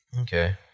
okay